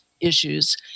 issues